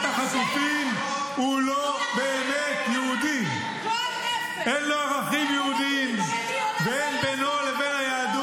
חברת הכנסת גוטליב, הכול בסדר.